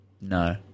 No